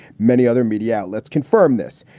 many other media outlets confirm this.